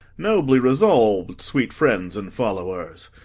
nobly resolv'd, sweet friends and followers!